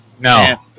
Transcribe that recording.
No